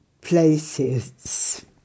places